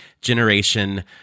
generation